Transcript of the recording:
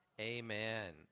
Amen